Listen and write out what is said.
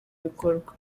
bikorwa